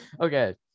Okay